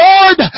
Lord